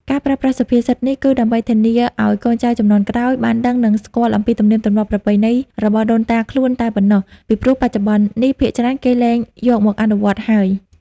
ការប្រើប្រាស់សុភាសិតនេះ គឺដើម្បីធានាអោយកូនចៅជំនាន់ក្រោយបានដឹងនិងស្គាល់អំពីទំនៀមទម្លាប់ប្រពៃណីរបស់ដូនតាខ្លួនតែប៉ុណ្ណោះ ពីព្រោះបច្ចុប្បន្ននេះភាគច្រើនគេលែងយកមកអនុវត្តន៍ហើយ ។